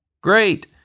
Great